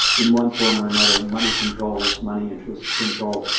in one form or another. money controls, money interests control.